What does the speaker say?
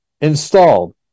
installed